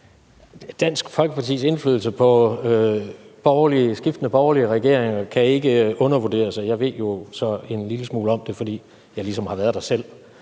Dansk Folkepartis indflydelse på skiftende borgerlige regeringer kan ikke undervurderes, og jeg ved jo så en lille smule om det, fordi jeg ligesom har været der selv.